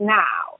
now